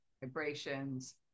vibrations